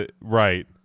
Right